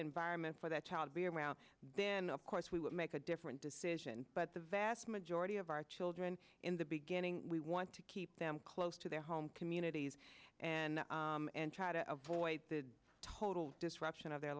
environment for that child be around then of course we would make a different decision but the vast majority of our children in the beginning we want to keep them close to their home communities and try to avoid the total disruption of their